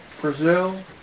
Brazil